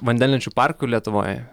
vandenlenčių parkų lietuvoj